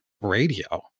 radio